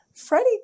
Freddie